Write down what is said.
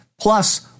Plus